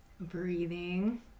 Breathing